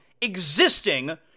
existing